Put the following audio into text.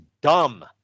dumb